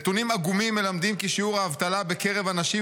נתונים עגומים מלמדים כי שיעור האבטלה בקרב אנשים